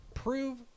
Prove